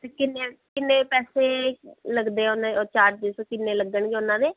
ਕਿੰਨੇ ਕਿੰਨੇ ਪੈਸੇ ਲੱਗਦੇ ਓਨੇ ਉਹ ਚਾਰਜਿਸ ਕਿੰਨੇ ਲੱਗਣਗੇ ਉਹਨਾਂ ਦੇ